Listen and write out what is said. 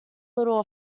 little